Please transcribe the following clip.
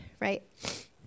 right